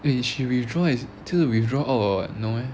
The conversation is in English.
wait she withdraw as 真的 withdraw out or what no meh